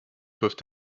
peuvent